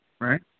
Right